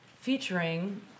featuring